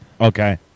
Okay